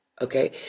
Okay